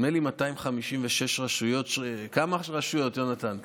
נדמה לי 256 רשויות, כמה רשויות, יונתן?